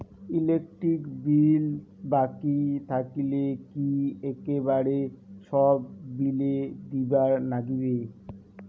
Electric bill বাকি থাকিলে কি একেবারে সব বিলে দিবার নাগিবে?